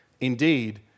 Indeed